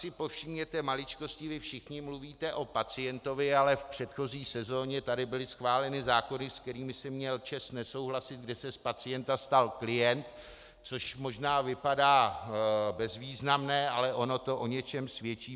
Pak si povšimněte maličkosti, kdy všichni mluvíte o pacientovi, ale v předchozí sezóně tady byly schváleny zákony, se kterými jsem měl čest nesouhlasit, kde se z pacienta stal klient, což možná vypadá bezvýznamné, ale ono to o něčem svědčí.